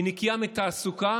היא נקייה מתעסוקה